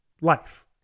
life